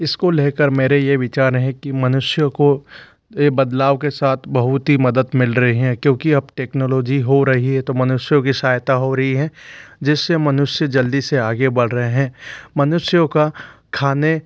इसको लेकर मेरे ये विचार हैं कि मनुष्यों को ये बदलाव के साथ बहुत ही मदद मिल रहे हैं क्योंकि अब टेक्नोलॉजी हो रही है तो मनुष्यों की सहायता हो रही है जिससे मनुष्य जल्दी से आगे बढ़ रहे हैं मनुष्यों का खाने